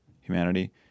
humanity